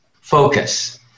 focus